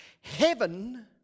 heaven